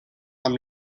amb